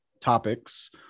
topics